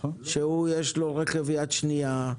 זה שיש לו רכב יד שנייה,